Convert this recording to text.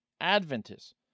Adventists